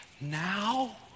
Now